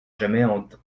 jamais